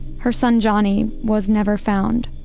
her son johnny was never found,